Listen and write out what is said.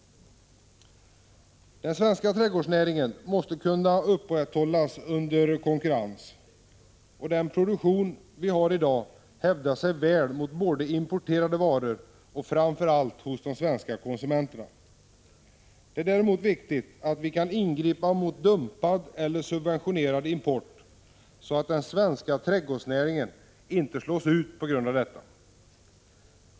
Den svenska trädgårdsnäringen måste kunna upprätthållas under konkurrens, och den produktion vi har i dag hävdar sig väl mot importerade varor och framför allt hos de svenska konsumenterna. 171 Det är däremot viktigt att vi kan ingripa mot dumpad eller subventionerad import så att den svenska trädgårdsnäringen inte slås ut på grund av detta.